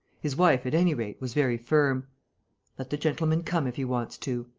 his wife, at any rate, was very firm let the gentleman come, if he wants to.